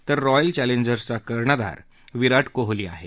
तर रॉयल चॅलेंजर्सचा कर्णधार विराठ कोहली आहे